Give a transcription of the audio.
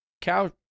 cow